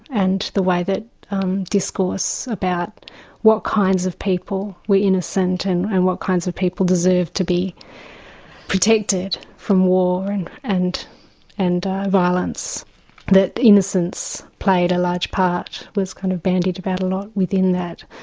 and the way that discourse about what kinds of people were innocent and and what kinds of people deserved to be protected from war and and and violence that innocence played a large part that's kind of bandied about a lot, within that.